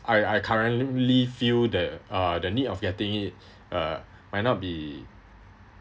I I currently believe you the uh the need of getting it uh might not be